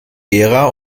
gera